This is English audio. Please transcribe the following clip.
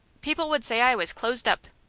people would say i was closed up.